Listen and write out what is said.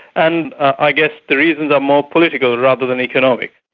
and i guess the reasons are more political rather than economic.